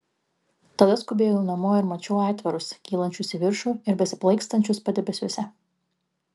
tada skubėjau namo ir mačiau aitvarus kylančius į viršų ir besiplaikstančius padebesiuose